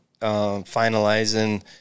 finalizing